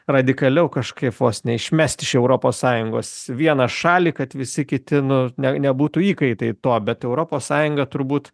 radikaliau kažkaip vos neišmest iš europos sąjungos vieną šalį kad visi kiti nu ne nebūtų įkaitai to bet europos sąjunga turbūt